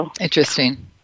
Interesting